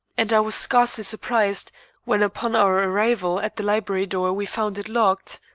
and i was scarcely surprised when upon our arrival at the library door we found it locked.